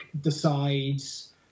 decides